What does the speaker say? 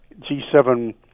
g7